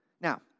Now